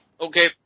Okay